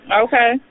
Okay